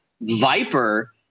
viper